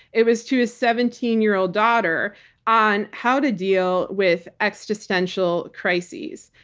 it was to his seventeen year old daughter on how to deal with existential crises.